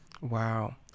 Wow